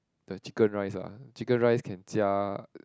the chicken rice ah chicken rice can 加